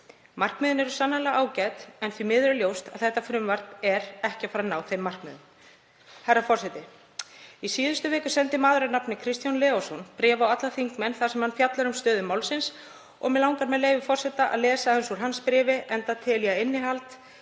Markmiðin eru sannarlega ágæt en því miður er ljóst að þetta frumvarp mun ekki ná þeim markmiðum. Herra forseti. Í síðustu viku sendi maður að nafni Kristján Leósson bréf á alla þingmenn þar sem hann fjallar um stöðu málsins og mig langar, með leyfi forseta, að lesa aðeins úr bréfi hans, enda tel ég að innihaldið